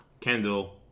Kendall